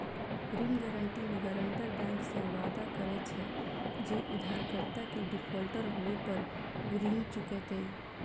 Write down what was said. ऋण गारंटी मे guarantor bank सं वादा करे छै, जे उधारकर्ता के डिफॉल्टर होय पर ऊ ऋण चुकेतै